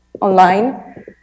online